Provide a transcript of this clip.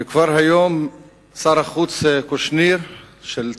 וכבר היום שר החוץ של צרפת,